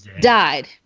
died